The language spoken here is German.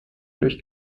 durch